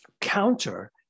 counter